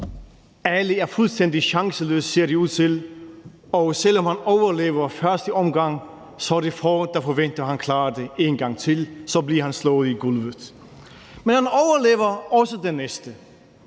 Ali er fuldstændig chanceløs, ser det ud til, og selv om han overlever første omgang, er det få, der forventer, at han klarer en omgang til – så vil han blive slået i gulvet. Men han overlever også den næste,